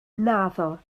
naddo